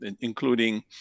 including